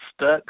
stuck